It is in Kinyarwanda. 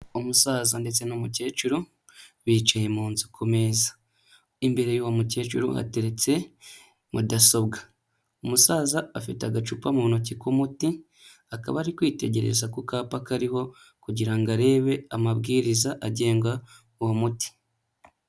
Umusaza ndetse n'umukecuru bicaye muzu ku meza, imbere y'uwo mukecuru hateretse mudasobwa, umusaza afite agacupa mu ntoki k'umuti akaba ari kwitegereza ku kapa kariho kugira ngo arebe amabwiriza agenga uwo muti.